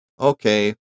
okay